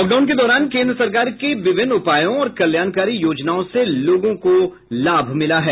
lockdown के दौरान केंद्र सरकार के विभिन्न उपायो और कल्याणकारी योजनाओं से लोगों को लाभ मिला है